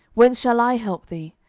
whence shall i help thee?